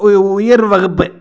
உ உயர் வகுப்பு